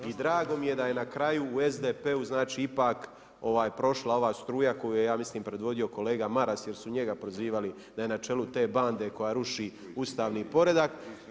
I drago mi je da je na kraju u SDP-u, znači ipak prošla ova struja koju je ja mislim predvodio kolega Maras jer su njega prozivali da je na čelu te bande koja ruši ustavni poredak.